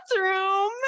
bathroom